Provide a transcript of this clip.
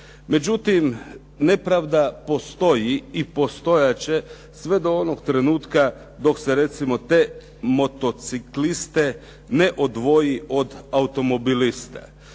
Međutim, nepravda postoji i postojat će sve do onog trenutka dok se recimo te motocikliste ne odvoji od automobilista.